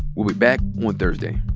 we'll be back on thursday